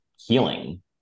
healing